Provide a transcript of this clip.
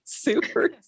super